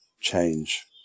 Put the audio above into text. change